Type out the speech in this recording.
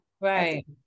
Right